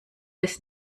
des